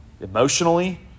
emotionally